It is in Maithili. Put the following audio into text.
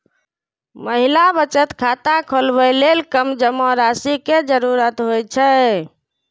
महिला बचत खाता खोलबै लेल कम जमा राशि के जरूरत होइ छै